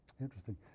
Interesting